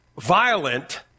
Violent